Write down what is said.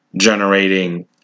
generating